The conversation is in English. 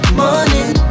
morning